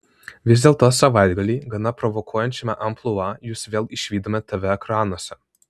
vis dėlto savaitgalį gana provokuojančiame amplua jus vėl išvydome tv ekranuose